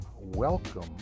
welcome